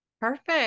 Perfect